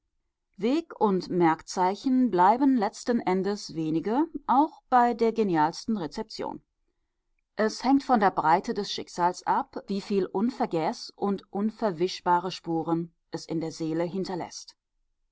weg und merkzeichen bleiben letzten endes wenige auch bei der genialsten rezeption es hängt von der breite des schicksals ab wieviel unvergeß und unverwischbare spuren es in der seele hinterläßt